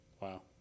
Wow